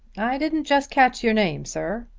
i didn't just catch your name, sir.